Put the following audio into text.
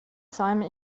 zäume